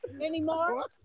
anymore